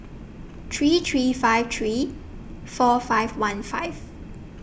three three five three four five one five